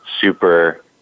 super